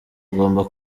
agomba